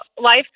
life